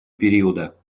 периода